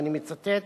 ואני מצטט,